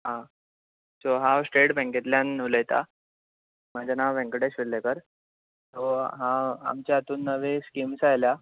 हां सो हांव स्टेट बैकेंतल्यान उलयता म्हजें नांव वेंकटेश वेर्लेकर सो आं आमच्या हातून नवी स्किम्स आयला